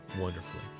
wonderfully